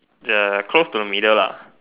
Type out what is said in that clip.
the close to the middle lah